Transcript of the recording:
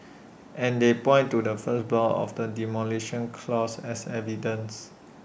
and they point to the first block of the Demolition Clause as evidence